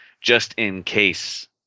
just-in-case